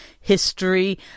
history